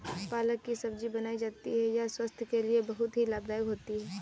पालक की सब्जी बनाई जाती है यह स्वास्थ्य के लिए बहुत ही लाभदायक होती है